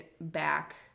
back